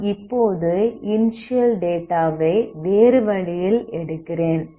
நாம் இப்போது இனிஸியல் டேட்டாவை வேறு வழியில் எடுக்கிறேன்